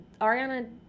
Ariana